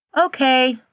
Okay